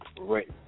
right